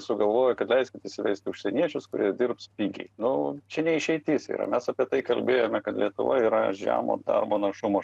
sugalvojo kad leiskit įsivesti užsieniečius kurie dirbs pigiai nu čia ne išeitis yra mes apie tai kalbėjome kad lietuva yra žemo darbo našumo